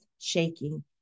Shaking